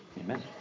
Amen